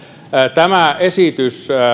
tämä